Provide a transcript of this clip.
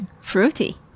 Fruity